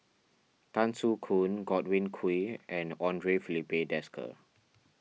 Tan Soo Khoon Godwin Koay and andre Filipe Desker